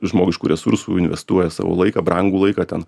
žmogiškų resursų investuoja savo laiką brangų laiką ten